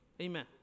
Amen